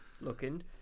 looking